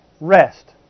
rest